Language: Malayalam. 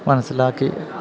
മനസ്സിലാക്കി